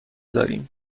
داریم